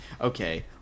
okay